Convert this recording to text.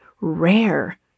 Rare